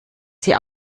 sie